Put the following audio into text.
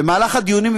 במהלך הדיונים,